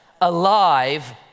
alive